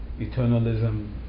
Eternalism